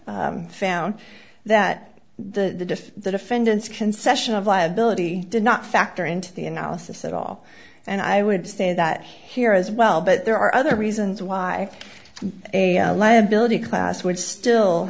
found that the defendants concession of liability did not factor into the analysis at all and i would say that here as well but there are other reasons why the liability class would still